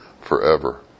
forever